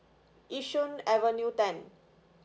yishun avenue ten